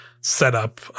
setup